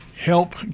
help